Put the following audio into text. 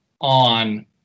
on